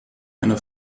eine